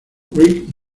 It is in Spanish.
rick